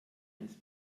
ins